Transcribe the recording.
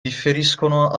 differiscono